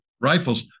rifles